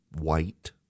white